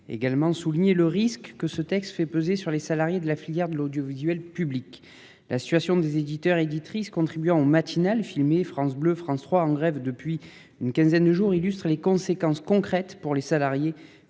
également souligné le risque que ce texte fait peser sur les salariés de la filière de l'audiovisuel public. La situation des éditeurs et éditrices contribuant matinales filmées, France Bleu, France 3 en grève depuis une quinzaine de jours illustrent les conséquences concrètes pour les salariés que